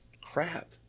crap